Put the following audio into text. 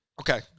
Okay